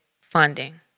funding